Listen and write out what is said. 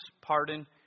pardon